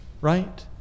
right